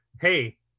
hey